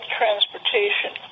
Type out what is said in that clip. transportation